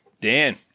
Dan